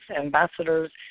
Ambassadors